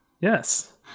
Yes